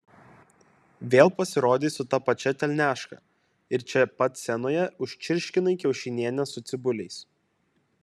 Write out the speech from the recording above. vėl pasirodei su ta pačia telniaška ir čia pat scenoje užčirškinai kiaušinienę su cibuliais